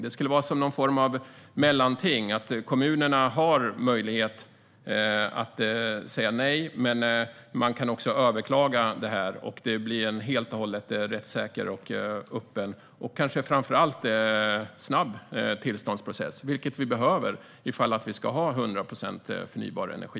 Det skulle vara som någon form av mellanting, att kommunerna har möjlighet att säga nej men att man kan överklaga beslutet. På det sättet skulle det bli en helt och hållet rättssäker, öppen och framför allt snabb tillståndsprocess, vilket vi behöver ifall vi ska ha hundra procent förnybar energi.